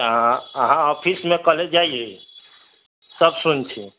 अहाँ ऑफिस मे कल्हे जाइए सब सुनथिन